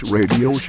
Radio